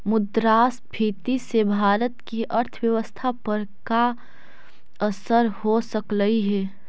मुद्रास्फीति से भारत की अर्थव्यवस्था पर का असर हो सकलई हे